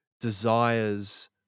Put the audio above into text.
desires